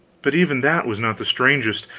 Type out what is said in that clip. but even that was not the strangest.